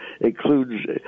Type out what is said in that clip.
includes